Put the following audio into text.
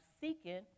seeking